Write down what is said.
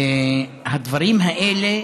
ניקוד,